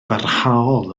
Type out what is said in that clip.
barhaol